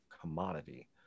commodity